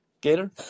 Gator